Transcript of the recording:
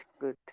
good